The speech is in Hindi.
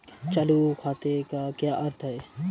चालू खाते का क्या अर्थ है?